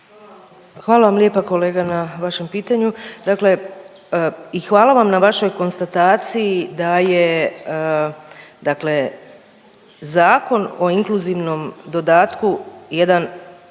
Hvala vam lijepa kolega na vašem pitanju i hvala vam na vašoj konstataciji da je zakon o inkluzivnom dodatku jedan